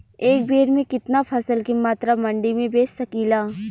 एक बेर में कितना फसल के मात्रा मंडी में बेच सकीला?